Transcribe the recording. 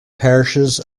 parishes